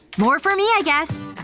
more for me, i guess.